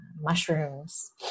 mushrooms